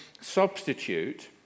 substitute